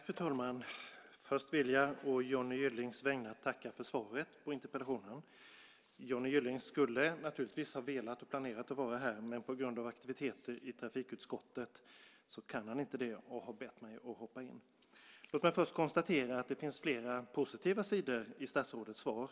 Fru talman! Först vill jag å Johnny Gyllings vägnar tacka för svaret på interpellationen. Johnny Gylling skulle ha velat vara här - och hade naturligtvis planerat det - men på grund av aktiviteter i trafikutskottet kan han inte det och har bett mig hoppa in. Låt mig först konstatera att det finns flera positiva sidor i statsrådets svar.